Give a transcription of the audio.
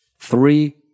Three